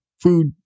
food